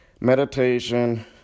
meditation